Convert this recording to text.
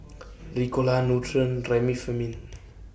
Ricola Nutren Remifemin